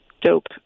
dope